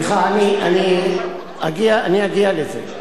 סליחה, אני אגיע לזה.